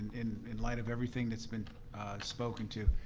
in in light of everything that's been spoken to,